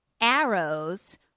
arrows